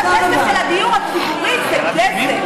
לא לא, אל תגידי גנבה.